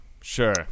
sure